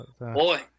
Boy